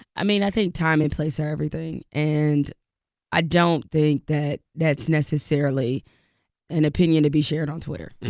i mean, i think time and place are everything. and i don't think that that's necessarily an opinion to be shared on twitter.